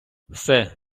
все